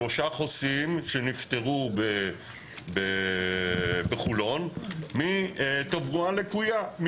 שלושה חוסים שנפטרו בחולון מתברואה לקויה,